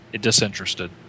disinterested